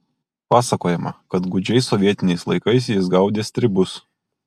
pasakojama kad gūdžiais sovietiniais laikais jis gaudė stribus